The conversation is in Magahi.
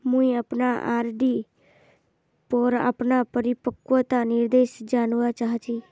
मुई अपना आर.डी पोर अपना परिपक्वता निर्देश जानवा चहची